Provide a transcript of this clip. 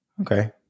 Okay